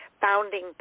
founding